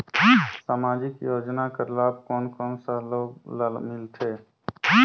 समाजिक योजना कर लाभ कोन कोन सा लोग ला मिलथे?